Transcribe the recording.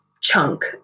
chunk